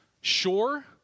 Sure